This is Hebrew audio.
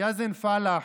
יזן פלאח,